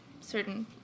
certain